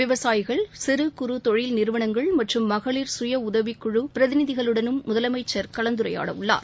விவசாயிகள் சிறு குறு தொழில் நிறுவனங்கள் மற்றும் மகளிர் கய உதவிக் குழு பிரதிநிதிகளுடனும் முதலமைச்சர் கலந்துரையாடவுள்ளார்